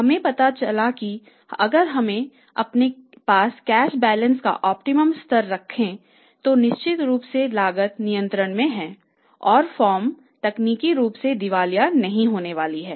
हमें पता चला है कि अगर हम अपने पास कैश बैलेंस का ऑप्टिमम स्तर रखते हैं तो निश्चित रूप से लागत नियंत्रण में है और फर्म तकनीकी रूप से दिवालिया नहीं होने वाली है